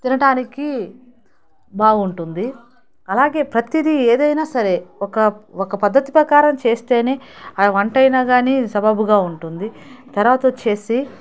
తినడానికి బాగుటుంది అలాగే ప్రతిదీ ఏదైనా సరే ఒక ఒక పద్ధతి ప్రకారం చేస్తేనే ఆ వంట అయినా కానీ సబబుగా ఉంటుంది తరువాత వచ్చేసి